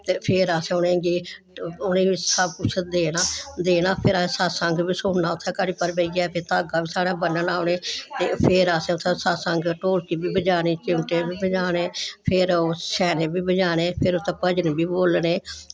ते फिर असेंगी उनेंगी सब कुछ देना ते फिर असें उनेंगी सत्संग बी देना उत्थें किट्ठे ते फिर धागा बी साढ़ा बन्नना उनें ते फिर असें उत्थें सत्संग ढोलकी बी बजानी चिम्मटे बी बजाने फिर छैने बी बजाने फिर उत्थें भजन बी बोलने